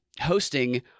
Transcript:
hosting